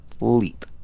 Leap